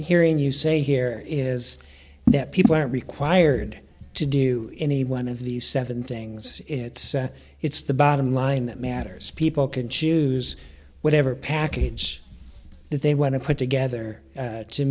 hearing you say here is that people are required to do any one of these seven things it's it's the bottom line that matters people can choose whatever package they want to put together